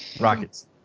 Rockets